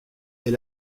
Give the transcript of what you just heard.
est